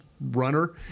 runner